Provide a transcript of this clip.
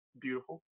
Beautiful